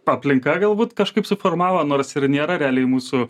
aplinka galbūt kažkaip suformavo nors ir nėra realiai mūsų